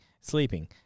sleeping